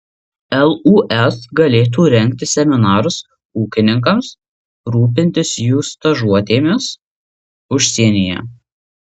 lūs galėtų rengti seminarus ūkininkams rūpintis jų stažuotėmis užsienyje